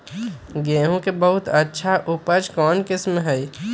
गेंहू के बहुत अच्छा उपज कौन किस्म होई?